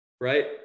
right